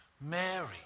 Mary